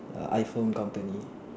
err iPhone company